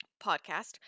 podcast